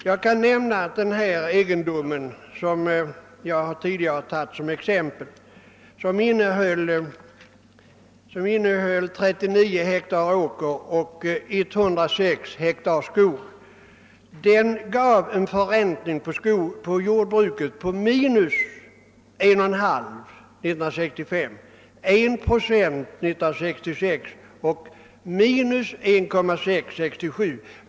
Jag kan nämna att den egendom som jag tidigare tog som exempel, omfattande 39 ha åker och 106 ha skog, gav en förräntning då det gäller jordbruket på minus 1,5 procent år 1965, minus 1,0 procent 1966 och minus 1,6 procent 1967.